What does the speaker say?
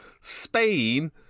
Spain